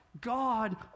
God